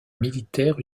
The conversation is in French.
militaire